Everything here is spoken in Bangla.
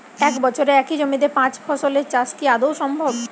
এক বছরে একই জমিতে পাঁচ ফসলের চাষ কি আদৌ সম্ভব?